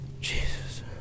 Jesus